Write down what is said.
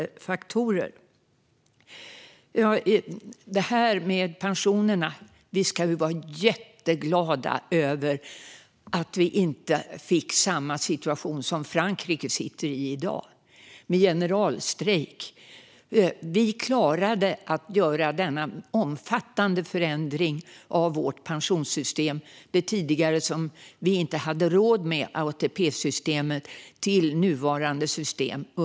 Vilka är de bakomliggande faktorerna? Vi ska vara jätteglada över att vi när det gäller pensionerna inte fick samma situation som Frankrike i dag befinner sig i med generalstrejk. Vi klarade att under 1990-talet göra denna omfattande förändring av vårt pensionssystem, från det tidigare som vi inte hade råd med - ATP-systemet - till nuvarande system.